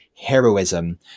heroism